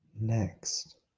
Next